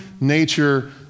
nature